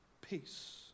peace